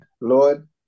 Lord